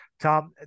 Tom